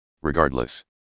regardless